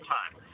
time